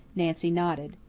nancy nodded.